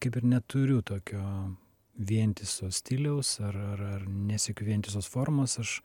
kaip ir neturiu tokio vientiso stiliaus ar ar ar nesiekiu vientisos formos aš